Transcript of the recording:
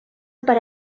per